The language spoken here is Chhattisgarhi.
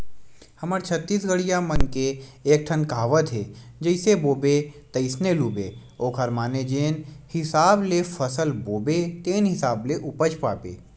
हमर छत्तीसगढ़िया मन के एकठन कहावत हे जइसे बोबे तइसने लूबे ओखर माने जेन हिसाब ले फसल बोबे तेन हिसाब ले उपज पाबे